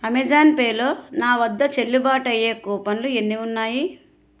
Amazon పేలో నావద్ద చెల్లుబాటయ్యే కూపన్లు ఎన్ని ఉన్నాయి